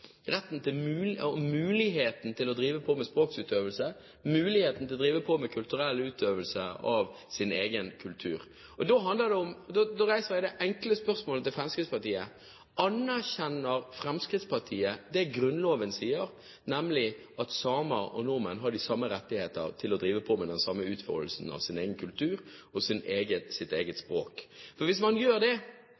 retten og muligheten til å drive med språkutøvelse og muligheten til å drive med utøvelse av egen kultur. Da reiser jeg det enkle spørsmålet til Fremskrittspartiet: Anerkjenner Fremskrittspartiet det Grunnloven sier, nemlig at samer og nordmenn har de samme rettigheter til å drive med utfoldelse av egen kultur og sitt eget